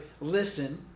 listen